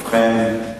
ובכן,